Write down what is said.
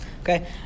Okay